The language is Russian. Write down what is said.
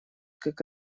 как